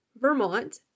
Vermont